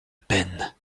peine